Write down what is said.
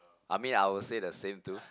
I mean I will say the same too